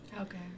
Okay